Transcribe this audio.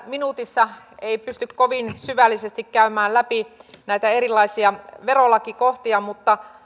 minuutissa ei pysty kovin syvällisesti käymään läpi näitä erilaisia verolakikohtia mutta